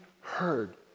heard